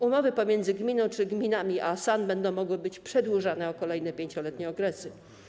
Umowy pomiędzy gminą czy gminami a SAN będą mogły być przedłużane o kolejne 5-letnie okresy.